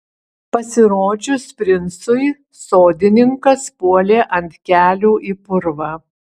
pasirodžius princui sodininkas puolė ant kelių į purvą